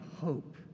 hope